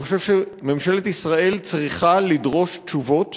אני חושב שממשלת ישראל צריכה לדרוש תשובות